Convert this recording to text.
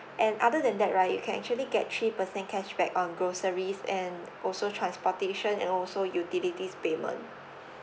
and other than that right you can actually get three percent cashback on groceries and also transportation and also utilities payment